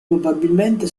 probabilmente